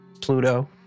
Pluto